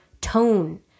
tone